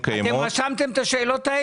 כמה הוא יכול לשאת?